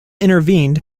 intervened